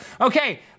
Okay